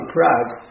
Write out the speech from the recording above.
Prague